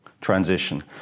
transition